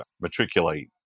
matriculate